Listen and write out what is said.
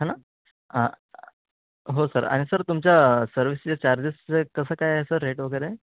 है ना हो सर आणि सर तुमच्या सर्विसचे चार्जेस कसं काय आहे सर रेट वगैरे